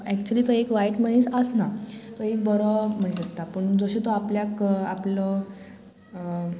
actually तो एक वायट मनीस आसना तो एक बरो मनीस आसता पूण जशें तो आपल्याक आपलो